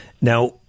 Now